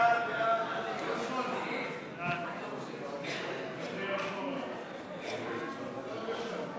ההסתייגויות לסעיף 39, משרד התקשורת,